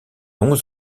onze